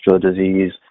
disease